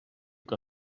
que